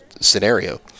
scenario